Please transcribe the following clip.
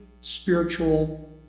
spiritual